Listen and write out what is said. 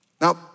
Now